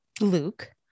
Luke